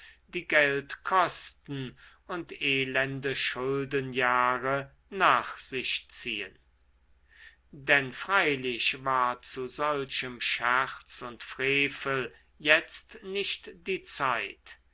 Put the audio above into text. die geld kosten und elende schuldenjahre nach sich ziehen denn freilich war zu solchem scherz und frevel jetzt nicht die zeit